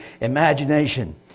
imagination